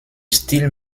style